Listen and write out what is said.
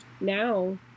now